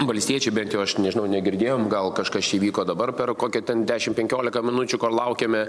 valstiečiai bent jau aš nežinau negirdėjom gal kažkas čia įvyko dabar per kokią ten dešim penkiolika minučių kol laukiame